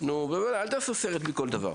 אל תעשו סרט מכל דבר.